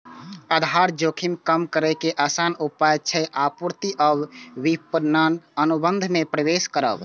आधार जोखिम कम करै के आसान उपाय छै आपूर्ति आ विपणन अनुबंध मे प्रवेश करब